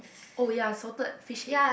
oh ya salted fish egg